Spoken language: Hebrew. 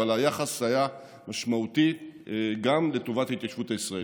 אבל היחס היה משמעותי לטובת ההתיישבות הישראלית.